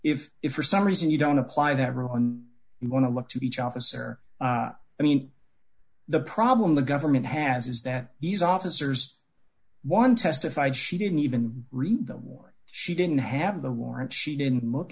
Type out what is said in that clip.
if if for some reason you don't apply that rule and you want to look to each officer i mean the problem the government has is that these officers one testified she didn't even read them she didn't have the warrant she didn't look